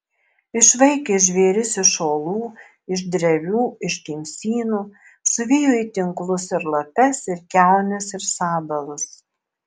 išvaikė žvėris iš olų iš drevių iš kimsynų suvijo į tinklus ir lapes ir kiaunes ir sabalus